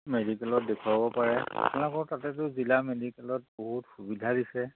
মেডিকেলত দেখুৱাব পাৰে আপোনালোকৰ তাতেতো জিলা মেডিকেলত বহুত সুবিধা দিছে